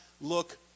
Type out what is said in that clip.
look